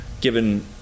given